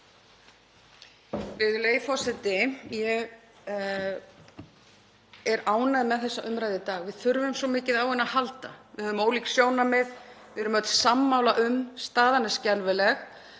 Virðulegi forseti. Ég er ánægð með þessa umræðu í dag, við þurfum svo mikið á henni að halda. Við höfum ólík sjónarmið. Við erum öll sammála um að staðan er skelfileg